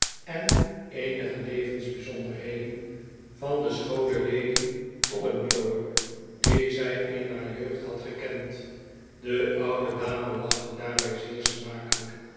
en eenige levensbijzonderheden van de schoone lady tollimglower die zij in haar jeugd had gekend de oude dame lachte daarbij zeer smakelijk